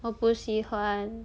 我不喜欢